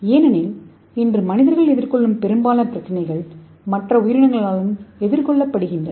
ஏனெனில் இன்று மனிதர்கள் எதிர்கொள்ளும் பெரும்பாலான பிரச்சினைகள் மற்ற உயிரினங்களாலும் எதிர்கொள்ளப்படுகின்றன